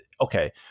okay